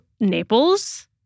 Naples